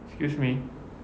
excuse me